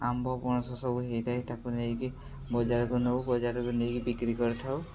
ଆମ୍ବ ପଣସ ସବୁ ହେଇଥାଏ ତାକୁ ନେଇକି ବଜାରକୁ ନେଉ ବଜାରକୁ ନେଇକି ବିକ୍ରି କରିଥାଉ